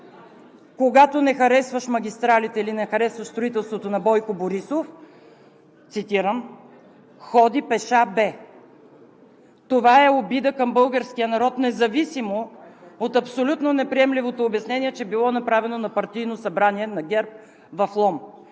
когато не харесваш магистралите или не харесваш строителството на Бойко Борисов, цитирам: „Ходи пеша, бе.“ Това е обида към българския народ независимо от абсолютно неприемливото обяснение, че било направено на партийно събрание на ГЕРБ в Лом.